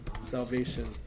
salvation